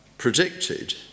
predicted